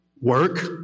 work